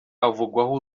avugwaho